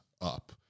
up